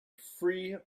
free